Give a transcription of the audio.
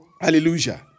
Hallelujah